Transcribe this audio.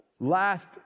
last